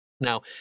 Now